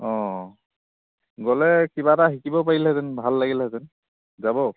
অঁ গ'লে কিবা এটা শিকিব পাৰিলেহেঁতেন ভাল লাগিলেহেঁতেন যাব